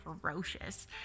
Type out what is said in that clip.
ferocious